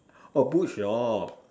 oh book shop